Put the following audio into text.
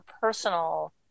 personal